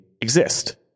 exist